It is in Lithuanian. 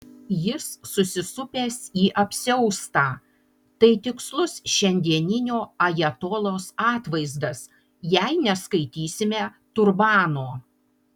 jis susisupęs į apsiaustą tai tikslus šiandieninio ajatolos atvaizdas jei neskaitysime turbano